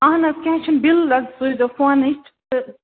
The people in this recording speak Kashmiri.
اَہَن حظ کیٚنٛہہ چھُ نہٕ بِل حظ سوٗزۍزیٚو فونٕچ تہٕ